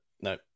No